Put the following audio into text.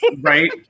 right